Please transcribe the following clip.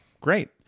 great